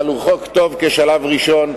אבל הוא חוק טוב כשלב ראשון,